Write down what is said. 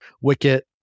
Wicket